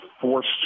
forced